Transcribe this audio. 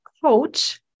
coach